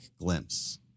glimpse